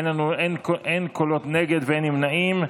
אין קולות נגד ואין נמנעים.